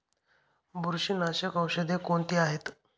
बुरशीनाशक औषधे कोणती आहेत?